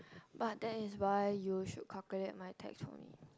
but that is why you should calculate my tax for me